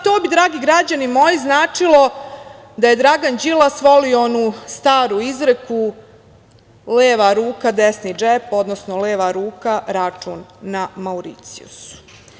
To bi, dragi građani moji, značilo da Dragan Đilas voli onu staru izreku – leva ruka, desni džep, odnosno leva ruka, račun na Mauricijusu.